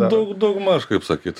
daug daugmaž kaip sakyt